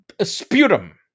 Sputum